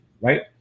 right